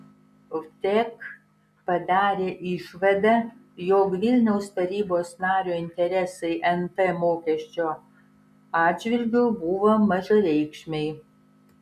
vtek padarė išvadą jog vilniaus tarybos nario interesai nt mokesčio atžvilgiu buvo mažareikšmiai